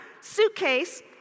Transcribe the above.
suitcase